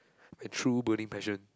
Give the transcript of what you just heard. my true burning passion